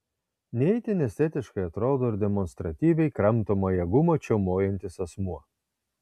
ne itin estetiškai atrodo ir demonstratyviai kramtomąją gumą čiaumojantis asmuo